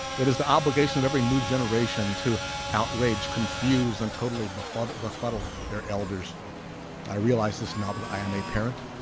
it is the obligation of every new generation to outrage confuse and totally befuddled befuddled their elders i realize this not that i am a parent